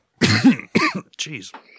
Jeez